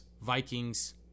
Vikings